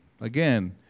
again